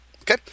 okay